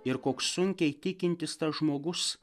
ir koks sunkiai tikintis tas žmogus